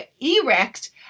erect